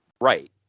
Right